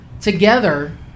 together